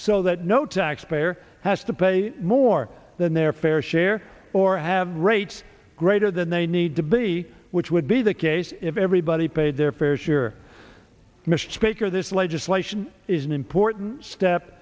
so that no taxpayer has to pay more than their fair share or have rates greater than they need to be which would be the case if everybody paid their fair share mr speaker this legislation is an important step